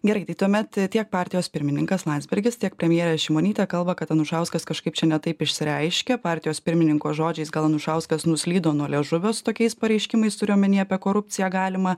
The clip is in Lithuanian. gerai tai tuomet tiek partijos pirmininkas landsbergis tiek premjerė šimonytė kalba kad anušauskas kažkaip čia ne taip išsireiškė partijos pirmininko žodžiais gal anušauskas nuslydo nuo liežuvio su tokiais pareiškimais turiu omeny apie korupciją galimą